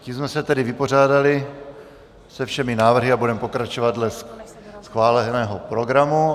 Tím jsme se tedy vypořádali se všemi návrhy a budeme pokračovat dle schváleného programu.